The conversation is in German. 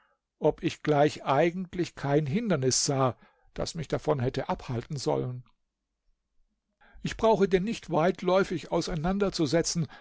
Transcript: ob ich gleich eigentlich kein hindernis sah das mich davon hätte abhalten sollen ich brauche dir nicht weitläufig auseinanderzusetzen